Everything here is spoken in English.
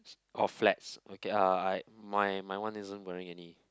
orh flats okay uh I my my one isn't wearing any